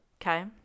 okay